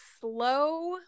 slow